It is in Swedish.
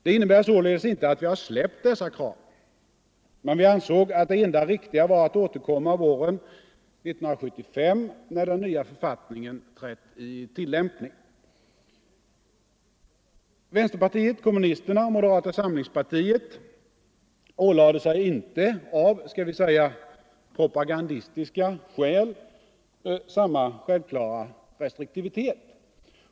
Det innebär således inte att vi släppt dessa krav, men vi anser att det enda riktiga var att återkomma våren 1975 när den nya författningen trätt i tillämpning. Vänsterpartiet kommunisterna och moderata samlingspartiet däremot ålade sig — av skall vi säga propagandistiska skäl — inte samma självklara restriktivitet.